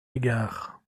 égard